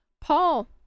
Paul